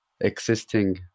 existing